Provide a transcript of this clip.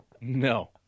no